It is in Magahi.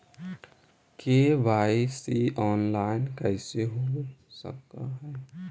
के.वाई.सी ऑनलाइन कैसे हो सक है?